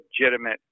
legitimate